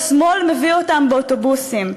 השמאל מביא אותם באוטובוסים,